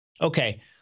Okay